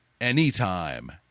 Anytime